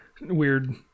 weird